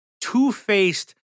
two-faced